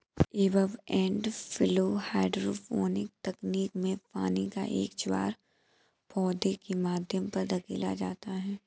ebb and flow hydroponic तकनीक में पानी का एक ज्वार पौधे के माध्यम पर धकेला जाता है